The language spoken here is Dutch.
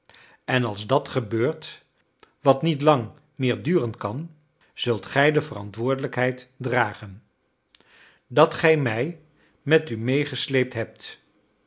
en als dat gebeurt wat niet lang meer duren kan zult gij de verantwoordelijkheid dragen dat gij mij met u meegesleept hebt